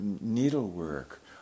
needlework